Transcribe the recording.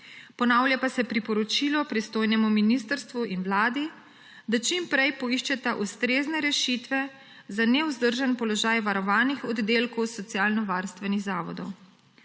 ponavlja pa se priporočilo pristojnemu ministrstvu in Vladi, da čim prej poiščeta ustrezne rešitve za nevzdržen položaj varovanih oddelkov socialnovarstvenih zavodov.